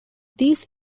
these